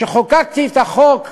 כשחוקקתי את החוק,